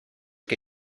que